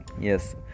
Yes